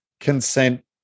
consent